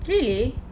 really